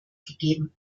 gegeben